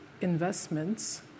investments